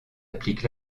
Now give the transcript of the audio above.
applique